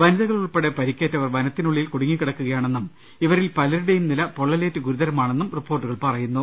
വനിതകൾ ഉൾപ്പെടെ പരിക്കേറ്റവർ വനത്തിനുളളിൽ കുടുങ്ങിക്കിടക്കു കയാണെന്നും ഇവരിൽ പലരുടെയും നില പൊള്ളലേറ്റ് ഗുരുതരമാണെന്നും റിപ്പോർട്ടുകൾ പറയുന്നു